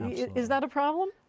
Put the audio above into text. is that a problem?